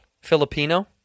Filipino